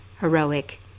heroic